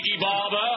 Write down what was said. Barber